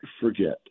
forget